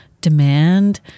demand